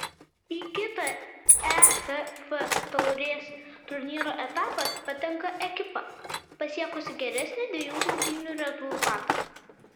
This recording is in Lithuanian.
į kitą ehf taurės turnyro etapą patenka ekipa pasiekusi geresnį dviejų rungtynių rezultatą